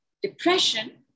Depression